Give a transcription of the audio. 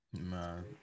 Man